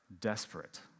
desperate